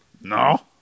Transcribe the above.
No